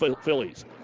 Phillies